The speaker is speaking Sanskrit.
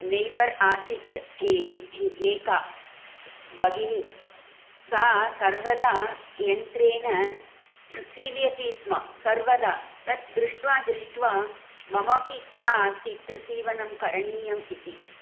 नेबर् आसीत् एका बगिनी सा सर्वदा यन्त्रेण सीव्यति स्म सर्वदा तद् दृष्ट्वा दृष्ट्वा मम अपि इच्छा आसीत् सीवनं करणीयम् इति